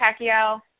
Pacquiao